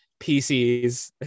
PCs